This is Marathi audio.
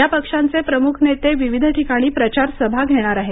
या पक्षांचे प्रमुख नेते विविध ठिकाणी प्रचार सभा घेणार आहेत